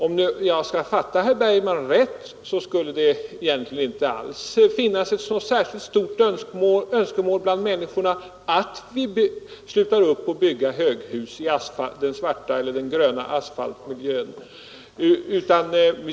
Om jag fattade herr Bergman rätt skulle det egentligen inte alls finnas några starkare önskemål hos människorna att vi slutade med att bygga höga hus i den svarta eller den gröna asfaltmiljön.